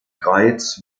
greiz